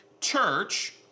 church